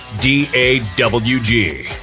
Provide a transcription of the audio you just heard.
D-A-W-G